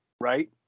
right